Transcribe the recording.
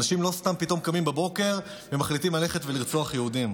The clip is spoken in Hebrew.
אנשים לא סתם פתאום קמים בבוקר ומחליטים ללכת ולרצוח יהודים,